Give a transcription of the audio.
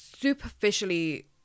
superficially